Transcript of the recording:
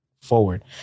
forward